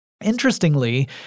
Interestingly